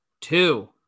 Two